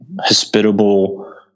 hospitable